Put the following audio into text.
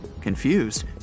Confused